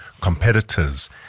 competitors